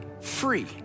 free